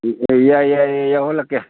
ꯌꯥꯏ ꯌꯥꯏ ꯌꯥꯎꯍꯜꯂꯛꯀꯦ